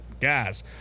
gas